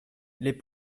les